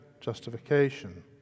justification